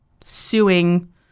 suing